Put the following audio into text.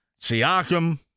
Siakam